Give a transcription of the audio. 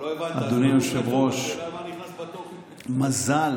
אדוני היושב-ראש, מזל